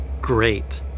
great